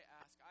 ask